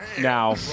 now